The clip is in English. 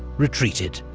retreated.